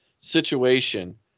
situation